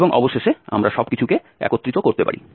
এবং অবশেষে আমরা সবকিছুকে একত্রিত করতে পারি